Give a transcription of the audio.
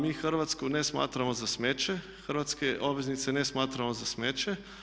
Mi Hrvatsku ne smatramo za smeće, hrvatske obveznice ne smatramo za smeće.